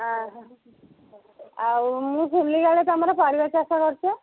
ଆହ ଆଉ ମୁଁ ଶୁଣିଲି କାଳେ ତମର ପରିବା ଚାଷ କରୁଛ